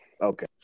Okay